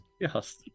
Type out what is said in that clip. Yes